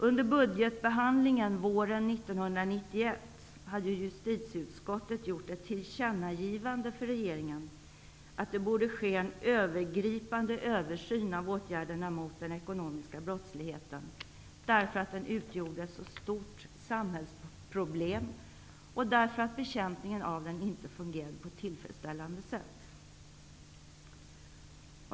Under budgetbehandlingen våren 1991 gjorde justitieutskottet ett tillkännagivande för regeringen om att det borde ske en övergripande översyn av åtgärderna mot den ekonomiska brottsligheten, eftersom denna brottslighet utgjorde ett stort samhällsproblem och bekämpningen av den inte fungerade på ett tillfredsställande sätt.